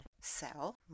sell